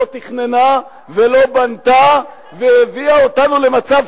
שלא תכננה ולא בנתה והביאה אותנו למצב